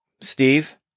Steve